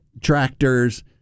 tractors